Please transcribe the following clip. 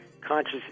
conscious